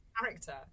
character